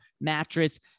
Mattress